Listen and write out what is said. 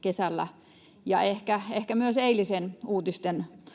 kesän ja ehkä myös eilisten uutisten